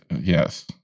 Yes